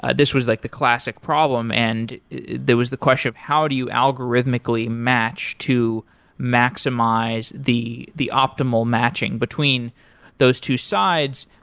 ah this was like the classic problem. and there was the question of how do you algorithmically match to maximize the the optimal matching between those two sides?